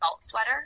Sweater